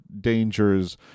dangers